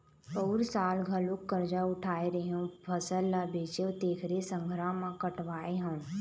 पउर साल घलोक करजा उठाय रेहेंव, फसल ल बेचेंव तेखरे संघरा म कटवाय हँव